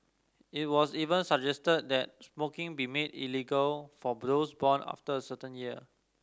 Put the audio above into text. it was even suggested that smoking be made illegal for born after a certain year